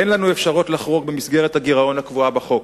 אין לנו אפשרות לחרוג ממסגרת הגירעון הקבועה בחוק.